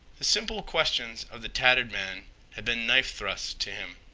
the simple questions of the tattered man had been knife thrusts to him.